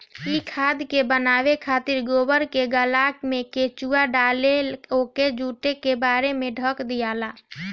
इ खाद के बनावे खातिर गोबर के गल्ला में केचुआ डालके ओके जुट के बोरा से ढक दियाला